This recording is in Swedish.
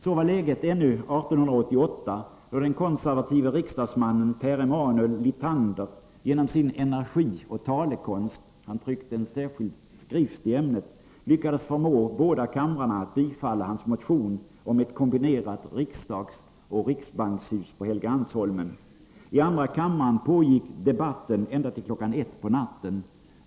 Så var läget ännu år 1888, då den konservative riksdagsmannen Pehr Emanuel Lithander genom sin energi och talekonst — han tryckte en särskild skrift i ämnet — lyckades förmå båda kamrarna att bifalla hans motion om ett kombinerat riksdagsoch riksbankshus på Helgeandsholmen. I andra kammaren pågick debatten ända till klockan ett på natten.